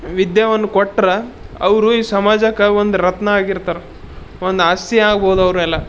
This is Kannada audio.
ವಿದ್ಯಾವನ್ನ ಕೊಟ್ರೆ ಅವರು ಈ ಸಮಾಜಕ್ಕೆ ಒಂದು ರತ್ನ ಆಗಿರ್ತಾರೆ ಒಂದು ಆಸ್ತಿ ಆಗ್ಬೋದು ಅವರೆಲ್ಲ